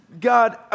God